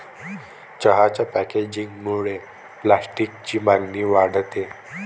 चहाच्या पॅकेजिंगमुळे प्लास्टिकची मागणी वाढते